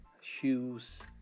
shoes